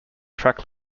track